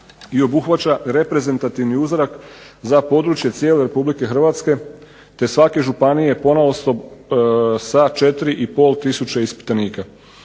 i obuhvaća reprezentativni uzorak za područje cijele Republike Hrvatske te svake županije ponaosob sa četiri i